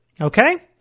Okay